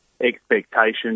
expectations